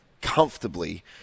comfortably